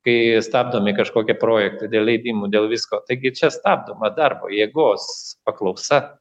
kai stabdomi kažkokie projektai dėl leidimo dėl visko taigi čia stabdoma darbo jėgos paklausa